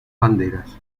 banderas